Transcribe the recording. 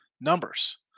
numbers